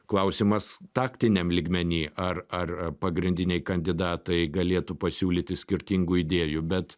klausimas taktiniam lygmeny ar ar pagrindiniai kandidatai galėtų pasiūlyti skirtingų idėjų bet